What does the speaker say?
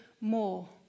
more